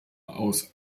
aus